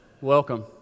Welcome